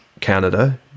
Canada